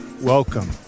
Welcome